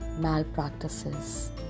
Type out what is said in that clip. malpractices